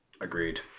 Agreed